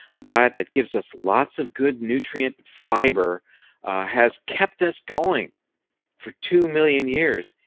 a diet that gives us lots of good nutrient fiber has kept us going for two million years.